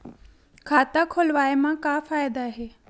खाता खोलवाए मा का फायदा हे